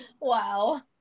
Wow